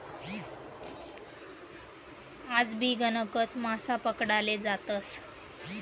आजबी गणकच मासा पकडाले जातस